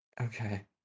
okay